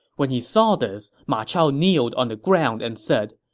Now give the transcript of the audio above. when he saw this, ma chao kneeled on the ground and said,